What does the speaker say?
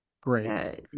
Great